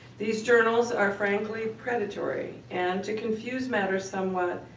these journals are, frankly, predatory, and to confuse matters somewhat,